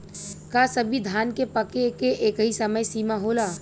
का सभी धान के पके के एकही समय सीमा होला?